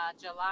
july